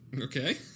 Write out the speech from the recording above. Okay